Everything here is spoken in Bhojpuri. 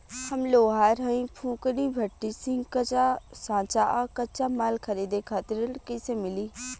हम लोहार हईं फूंकनी भट्ठी सिंकचा सांचा आ कच्चा माल खरीदे खातिर ऋण कइसे मिली?